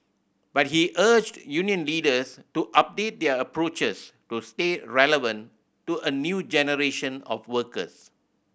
but he urged union leaders to update their approaches to stay relevant to a new generation of workers